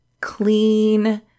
clean